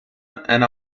and